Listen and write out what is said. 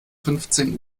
fünfzehn